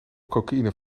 cocaïne